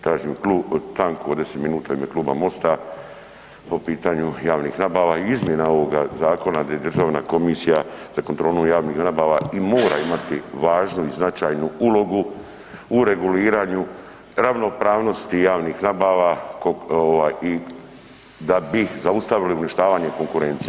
Tražim stanku od 10 minuta u ime Kluba MOST-a po pitanju javnih nabava i izmjena ovoga zakona gdje državna komisija za kontrolu javnih nabava i mora imati važnu i značajnu ulogu u reguliranju ravnopravnosti javnih nabava ovaj i da bi zaustavili uništavanje konkurencije.